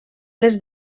les